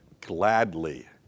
gladly